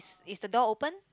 is the door open